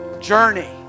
journey